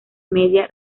media